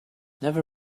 never